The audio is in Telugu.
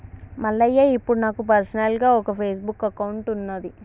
మల్లయ్య ఇప్పుడు నాకు పర్సనల్గా ఒక ఫేస్బుక్ అకౌంట్ ఉన్నది